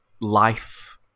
life